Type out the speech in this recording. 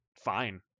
fine